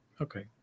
okay